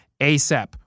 ASAP